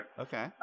Okay